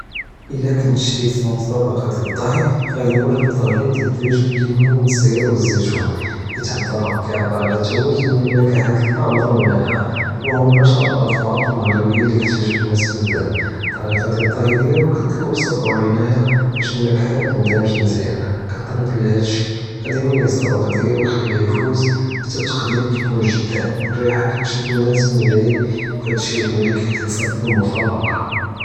אלא קונט שי פי מסאבקה אלטיחי גאני נוועד טאג'ין דיעל אלג'אג' בלימון אלמסיר ואלזיתון, חית האלטלב קאיעבר עלא אלתוואזון בין אלנכאאת אלחאמדה ואלמאלחה, ו הום אשלר אלאטבק אלמגרביה לי כתעלב הנאס בזאף טאריקה דיעל אלטיחי דיאלו קיטלב סבר ו עינאיה באש אלנכאאת کتיטיבש מיזיאן קיטלב להאד אלשי, הדא יميز אלטלב דיעלי ו יחליה יפוז חתי אלתקדימ קיקון ג'זאב ו אלראיה קטשד הנאס מלהביד ו הדש אלשי הוא לי קנתסרק פי אלמסאבקה.